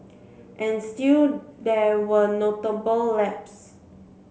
and still there were notable lapses